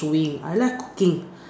doing I like cooking